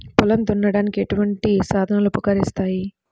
పొలం దున్నడానికి ఎటువంటి సాధనలు ఉపకరిస్తాయి?